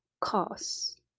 cause